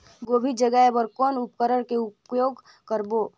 गोभी जगाय बर कौन उपकरण के उपयोग करबो?